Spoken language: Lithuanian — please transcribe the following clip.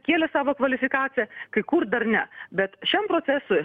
kėlė savo kvalifikaciją kai kur dar ne bet šiam procesui